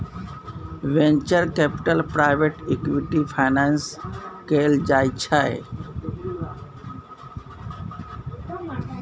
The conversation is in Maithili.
venture capital private equity financing कएल जाइ छै